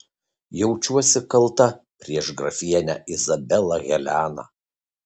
jaučiuosi kalta prieš grafienę izabelę heleną